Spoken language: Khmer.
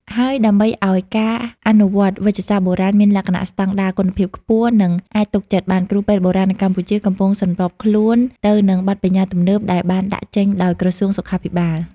ហើយដើម្បីឱ្យការអនុវត្តវេជ្ជសាស្ត្របុរាណមានលក្ខណៈស្តង់ដារ គុណភាពខ្ពស់ និងអាចទុកចិត្តបាន គ្រូពេទ្យបុរាណនៅកម្ពុជាក៏កំពុងសម្របខ្លួនទៅនឹងបទប្បញ្ញត្តិទំនើបដែលបានដាក់ចេញដោយក្រសួងសុខាភិបាល។